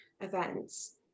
events